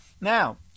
Now